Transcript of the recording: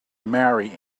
marry